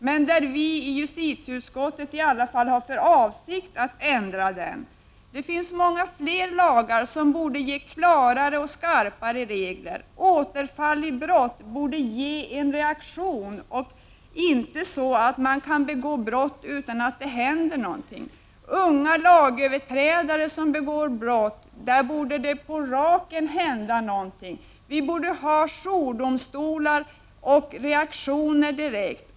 Men vi har i justitieutskottet i alla fall för avsikt att ändra den. Det finns många fler lagar som borde ge klarare och skarpare regler. Återfall i brott borde resultera i en reaktion. Det skall inte vara så att man kan begå brott utan att det händer någonting. När unga lagöverträdare begår brott, borde det genast hända någonting. Vi borde ha jourdomstolar och reaktioner direkt.